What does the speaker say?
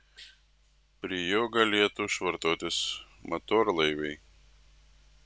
prie jo galėtų švartuotis motorlaiviai